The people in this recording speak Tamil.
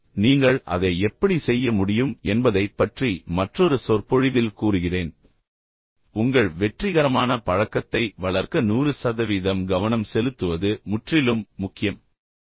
நீங்கள் அதை எப்படி செய்ய முடியும் என்பதைப் பற்றி மற்றொரு சொற்பொழிவில் கூறுகிறேன் ஆனால் இந்த நேரத்தில் உங்கள் வெற்றிகரமான பழக்கத்தை வளர்க்க 100 சதவீதம் கவனம் செலுத்துவது முற்றிலும் முக்கியம் என்பதை நினைவில் கொள்ளுங்கள்